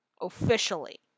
Officially